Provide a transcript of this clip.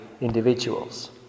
individuals